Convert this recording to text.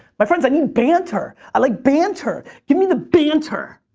my friends, i need banter, i like banter! give me the banter!